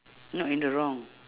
not in the wrong